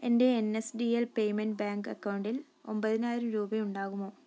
എൻ്റെ N S D L payment bank അക്കൗണ്ടിൽ ഒൻപതിനായിരം രൂപ ഉണ്ടാകുമോ